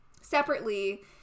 separately